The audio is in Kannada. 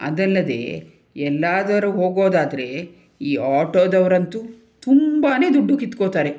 ಅದಲ್ಲದೆ ಎಲ್ಲಾದರೂ ಹೋಗೋದಾದ್ರೆ ಈ ಆಟೋದವರಂತೂ ತುಂಬ ದುಡ್ಡು ಕಿತ್ಕೋತಾರೆ